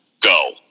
Go